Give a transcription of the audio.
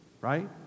right